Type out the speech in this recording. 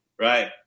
right